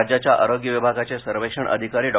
राज्याच्या आरोग्य विभागाचे सर्वेक्षण अधिकारी डॉ